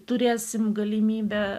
turėsime galimybę